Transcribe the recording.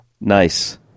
Nice